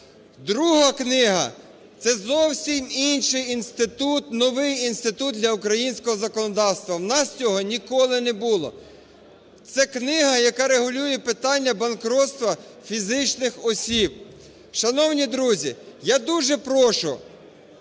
Друга книга – це зовсім інший інститут, новий інститут для українського законодавства, в нас цього ніколи не було. Це книга, яка регулює питання банкрутства фізичних осіб. Шановні друзі, я дуже прошу